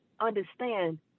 understand